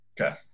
Okay